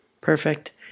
Perfect